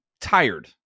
tired